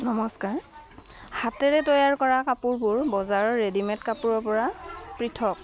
নমস্কাৰ হাতেৰে তৈয়াৰ কৰা কাপোৰবোৰ বজাৰৰ ৰেডিমেড কাপোৰৰপৰা পৃথক